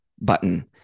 button